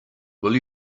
will